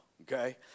Okay